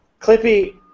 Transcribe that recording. Clippy